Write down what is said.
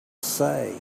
say